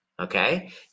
Okay